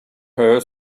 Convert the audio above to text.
her